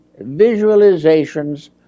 visualizations